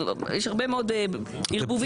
יש הרבה מאוד ערבובים.